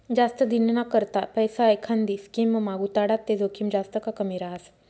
जास्त दिनना करता पैसा एखांदी स्कीममा गुताडात ते जोखीम जास्त का कमी रहास